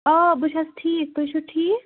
آ بہٕ چھَس ٹھیٖک تُہۍ چھُو ٹھیٖک